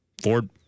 Ford